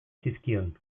zizkion